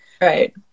Right